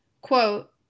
Quote